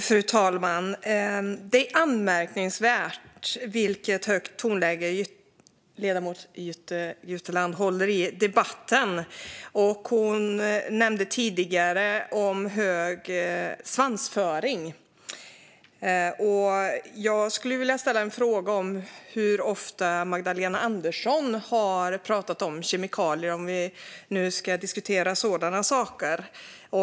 Fru talman! Det är ett anmärkningsvärt högt tonläge ledamoten Jytte Guteland har i debatten. Hon nämnde tidigare hög svansföring. Jag skulle vilja ställa en fråga om hur ofta Magdalena Andersson har talat om kemikalier, om vi nu ska diskutera sådana saker.